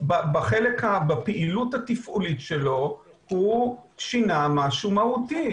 בפעילות התפעולית שלו הוא שינה משהו מהותי.